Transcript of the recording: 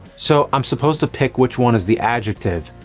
so i'm supposed to pick which one is the adjective.